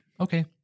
Okay